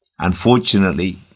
Unfortunately